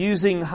Using